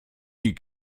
die